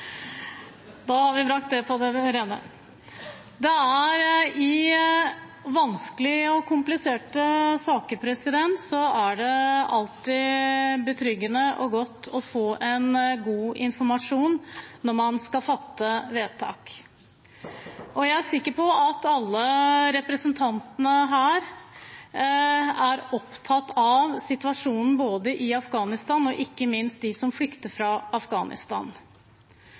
Da har vi brakt det på det rene. I vanskelige og kompliserte saker er det alltid betryggende og godt å få god informasjon når man skal fatte vedtak. Jeg er sikker på at alle representantene her er opptatt av både situasjonen i Afghanistan og, ikke minst, dem som flykter fra Afghanistan.